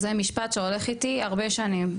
זה משפט שהולך איתי הרבה שנים.